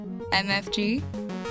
MFG